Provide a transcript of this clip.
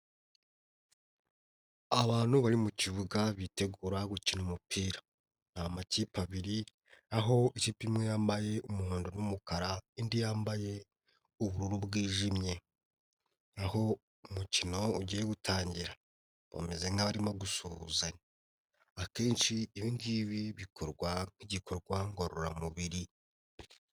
Abantu bari mu kibuga bitegura gukina umupira ni amakipe abiri aho ikipe imwe yambaye umuhondo n'umukara indi yambaye ubururu bwijimye, aho umukino ugiye gutangira bameze nk'abarimo gusuhuzanya akenshi ibi ngibi bikorwa nk'igikorwa ngororamubiri.